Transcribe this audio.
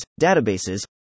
databases